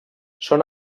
són